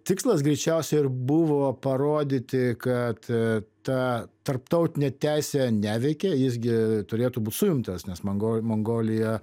tikslas greičiausiai ir buvo parodyti kad ta tarptautinė teisė neveikia jis gi turėtų būt suimtas nes mango mongolija